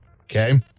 Okay